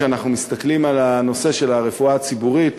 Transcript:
כשאנחנו מסתכלים על הנושא של הרפואה הציבורית